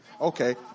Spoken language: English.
Okay